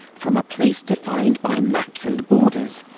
from a place defined by maps and borders,